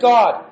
God।